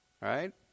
Right